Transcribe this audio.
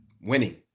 winning